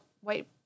white